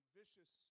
vicious